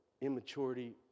Immaturity